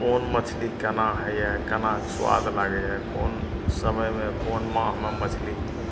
कोन मछली कोना होइ हइ कोना ओ सुआद लागै हइ कोन समयमे कोन माहमे मछली